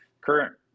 current